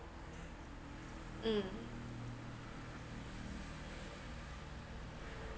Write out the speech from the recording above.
mm